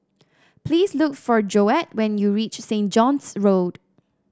please look for Joette when you reach Saint John's Road